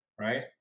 right